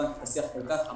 הבנתי את השיח - על